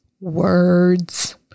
words